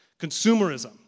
Consumerism